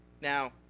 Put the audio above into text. Now